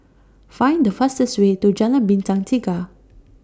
Find The fastest Way to Jalan Bintang Tiga